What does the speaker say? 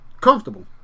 comfortable